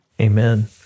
Amen